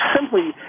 simply